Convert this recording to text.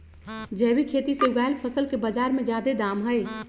जैविक खेती से उगायल फसल के बाजार में जादे दाम हई